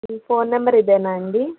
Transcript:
మీ phone number ఇదేనా అండీ